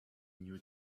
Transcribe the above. new